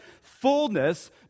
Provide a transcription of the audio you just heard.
fullness